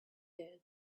here